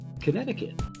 Connecticut